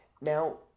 now